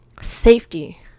safety